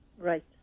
Right